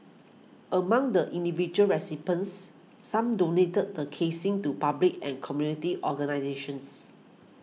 among the individual recipients some donated the casings to public and community organisations